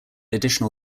additional